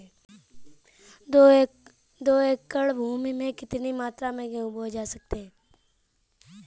दो एकड़ भूमि में कितनी मात्रा में गेहूँ के बीज बोये जा सकते हैं?